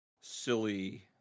silly